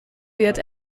wird